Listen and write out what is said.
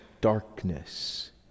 darkness